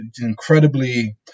incredibly